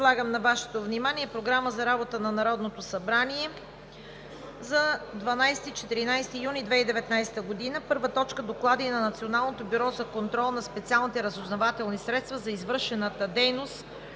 предлагам на Вашето внимание Програма за работата на Народното събрание за 12 – 14 юни 2019 г.: „1. Доклади на Националното бюро за контрол на специалните разузнавателни средства за извършената дейност